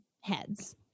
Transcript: heads